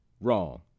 Wrong